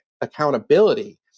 accountability